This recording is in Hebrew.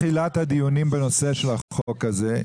בנושא של החוק הזה,